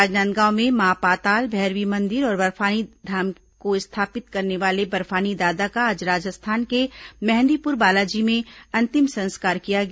राजनांदगांव में मां पाताल भैरवी मंदिर और बर्फानी धाम की स्थापना करने वाले बर्फानी दादा का आज राजस्थान के मेहंदीपुर बालाजी में अंतिम संस्कार किया गया